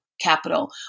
capital